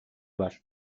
var